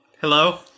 Hello